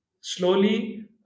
slowly